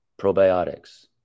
probiotics